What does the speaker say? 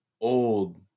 old